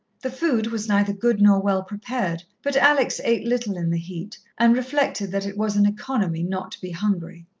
the food was neither good nor well prepared, but alex ate little in the heat, and reflected that it was an economy not to be hungry.